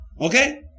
Okay